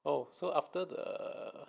oh so after the